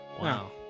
Wow